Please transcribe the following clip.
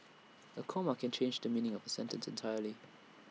A comma can change the meaning of A sentence entirely